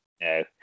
No